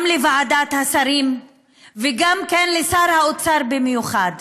גם לוועדת השרים וגם לשר האוצר, במיוחד: